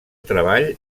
treball